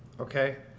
Okay